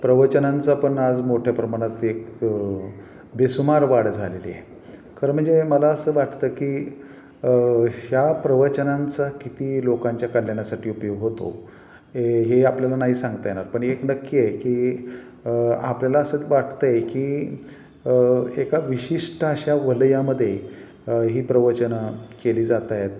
प्रवचनांचा पण आज मोठ्या प्रमाणात एक बेसुमार वाढ झालेली आहे खरं म्हणजे मला असं वाटतं की ह्या प्रवचनांचा किती लोकांच्या कल्याणासाठी उपयोग होतो हे हे आपल्याला नाही सांगता येणार पण एक नक्की आहे की आपल्याला असंच वाटतं आहे की एका विशिष्ट अशा वलयामध्ये ही प्रवचनं केली जात आहेत